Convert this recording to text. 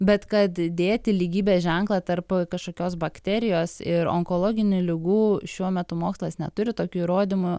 bet kad dėti lygybės ženklą tarp kažkokios bakterijos ir onkologinių ligų šiuo metu mokslas neturi tokių įrodymų